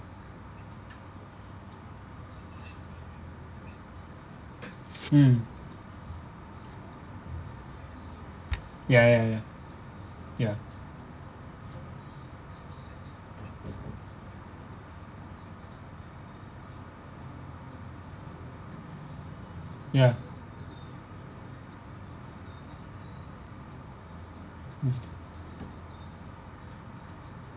mm ya ya ya ya ya mm